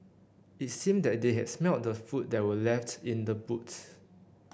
it seemed that they had smelt the food that were left in the boot